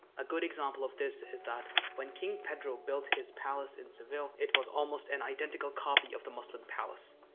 a good example of this is that when king pedro built his palace in seville, it was almost an identical copy of the muslim palace.